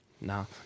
No